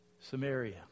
Samaria